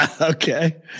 Okay